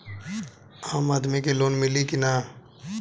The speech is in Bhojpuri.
आम आदमी के लोन मिली कि ना?